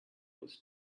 was